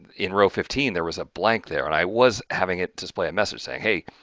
in row fifteen there was a blank there, and i was having it display a message saying hey,